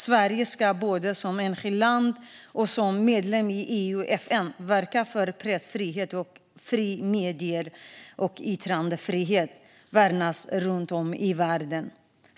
Sverige ska både som enskilt land och som medlem i EU och FN verka för att pressfrihet, fria medier och yttrandefrihet värnas runt om i världen.